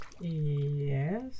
Yes